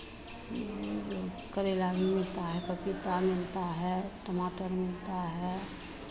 जो करेला मिलता है पपीता मिलता है टमाटर मिलता है